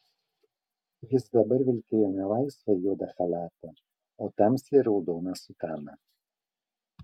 jis dabar vilkėjo ne laisvą juodą chalatą o tamsiai raudoną sutaną